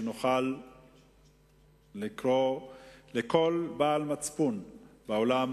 ונוכל לקרוא לכל בעל מצפון בעולם